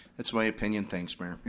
that's my opinion, thanks, mayor.